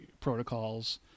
protocols